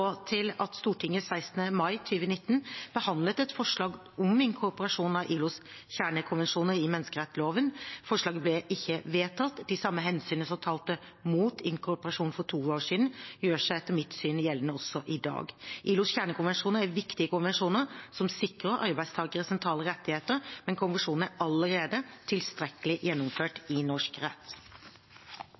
til at Stortinget 16. mai 2019 behandlet et forslag om inkorporasjon av ILOs kjernekonvensjoner i menneskerettsloven. Forslaget ble ikke vedtatt. De samme hensynene som talte mot inkorporasjon for to år siden, gjør seg etter mitt syn gjeldende også i dag. ILOs kjernekonvensjoner er viktige konvensjoner som sikrer arbeidstagere sentrale rettigheter, men konvensjonene er allerede tilstrekkelig gjennomført i norsk rett.